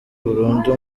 burundu